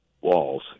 walls